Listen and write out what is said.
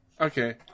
Okay